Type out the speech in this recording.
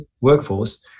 workforce